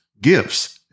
gifts